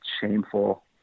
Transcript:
shameful